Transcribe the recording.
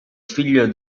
figlio